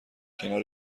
کنار